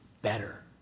Better